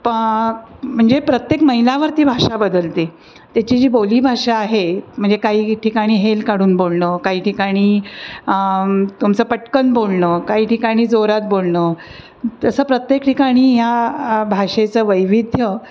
प म्हणजे प्रत्येक मैलावरती भाषा बदलते त्याची जी बोलीभाषा आहे म्हणजे काही ठिकाणी हेल काढून बोलणं काही ठिकाणी तुमचं पटकन बोलणं काही ठिकाणी जोरात बोलणं तसं प्रत्येक ठिकाणी ह्या भाषेचं वैविध्य